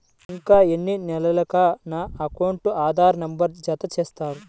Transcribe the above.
ఇంకా ఎన్ని నెలలక నా అకౌంట్కు ఆధార్ నంబర్ను జత చేస్తారు?